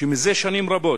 שמזה שנים רבות